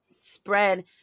spread